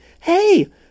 Hey